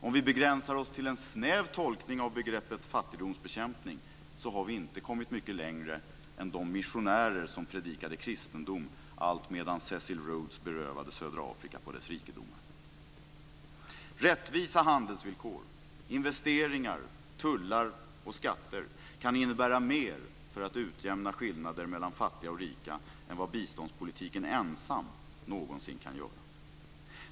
Om vi begränsar oss till en snäv tolkning av begreppet fattigdomsbekämpning har vi inte kommit mycket längre än de missionärer som predikade kristendom alltmedan Cecil Rhodes berövade södra Afrika dess rikedomar. Rättvisa handelsvillkor, investeringar, tullar och skatter kan innebära mer för att utjämna skillnader mellan fattiga och rika än vad biståndspolitiken ensam någonsin kan.